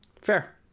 Fair